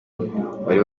wari